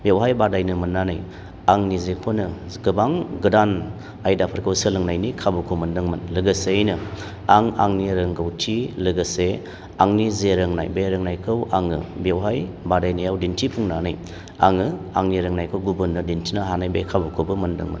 बेवहाय बादायनो मोननानै आं निजेखौनो गोबां गोदान आयदाफोरखौ सोलोंनायनि खाबुखौ मोनदोंमोन लोगोसेयैनो आं आंनि रोंगौथि लोगोसे आंनि जे रोंनाय बे रोंनायखौ आङो बेवहाय बादायनायाव दिन्थिफुंनानै आङो आंनि रोंनायखौ गुबुननो दिन्थिनो हानाय बे खाबुखौबो मोनदोंमोन